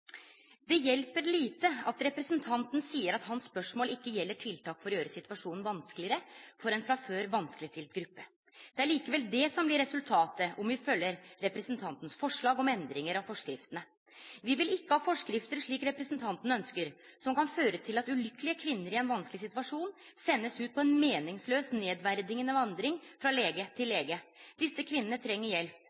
hjelper lite at interpellanten sier at hans spørsmål ikke gjelder tiltak for å gjøre situasjonen vanskeligere for en fra før vanskeligstilt gruppe. Det er likevel det som vil bli resultatet om vi følger hr. Tungesviks forslag om endringer av forskriftene. Vi vil ikke ha forskrifter slik representanten Tungesvik ønsker, som kan føre til at ulykkelige kvinner i en vanskelig situasjon sendes ut på en meningsløs, nedverdigende vandring fra lege til lege. Disse kvinnene trenger hjelp.